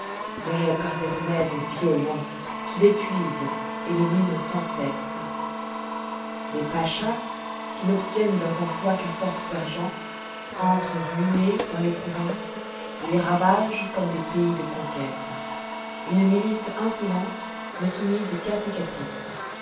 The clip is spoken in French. mais par des remèdes violents qui l'épuisent et le minent sans cesse les pachas qui n'obtiennent leurs emplois qu'à force d'argent entrent ruinés dans les provinces et les ravagent comme des pays de conquête une milice insolente n'est soumise qu'à ses caprices